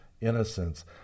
innocence